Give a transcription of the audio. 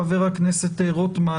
חבר הכנסת רוטמן,